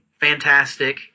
Fantastic